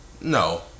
No